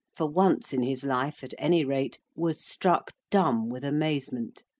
for once in his life, at any rate, was struck dumb with amazement,